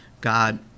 God